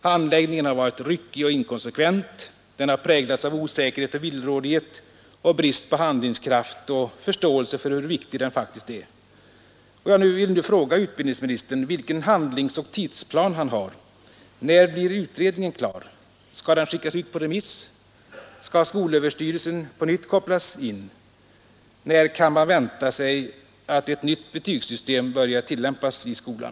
Handläggningen har varit ryckig och inkonsekvent, den har präglats av osäkerhet och villrådighet samt brist på handlingskraft och förståelse för hur viktig betygsfrågan faktiskt är. Jag vill nu fråga utbildningsministern vilken handlingsoch tidsplan han har. När blir utredningen klar? Skall den skickas ut på remiss? Skall skolöverstyrelsen på nytt kopplas in? När kan man vänta sig att ett nytt betygssystem börjar tillämpas i skolan?